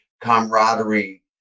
camaraderie